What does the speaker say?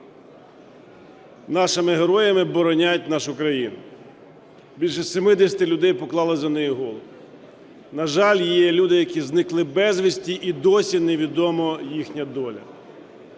нашими героями боронять нашу країну. Більше 70 людей поклали за неї голову. На жаль, люди, які зникли безвісти, і досі невідома їхня доля.